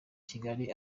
kigali